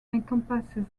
encompasses